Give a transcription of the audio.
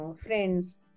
friends